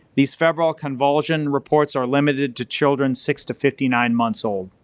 these febrile convulsion reports are limited to children six to fifty nine months old.